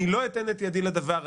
אני לא אתן את ידי לדבר הזה.